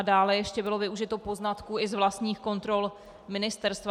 Dále ještě bylo využito poznatků i z vlastních kontrol ministerstva.